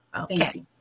Okay